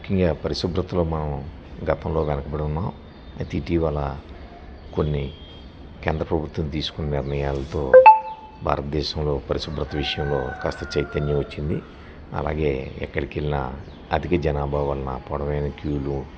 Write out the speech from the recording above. ముఖ్యంగా పరిశుభ్రతలో మనం గతంలో వెనకబడి ఉన్నాం అయితే ఇటీవల కొన్ని కేంద్ర ప్రభుత్వం తీసుకున్న నిర్ణయాలతో భారతదేశంలో పరిశుభ్రత విషయంలో కాస్త చైతన్యం వచ్చింది అలాగే ఎక్కడికి వెళ్ళిన అధిక జనాభా వలన పొడవైన క్యూలు